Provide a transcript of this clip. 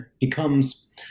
becomes